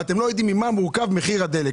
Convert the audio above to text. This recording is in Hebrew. ואתם לא יודעים ממה מורכב מחיר הדלק.